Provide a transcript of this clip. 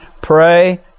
Pray